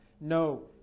No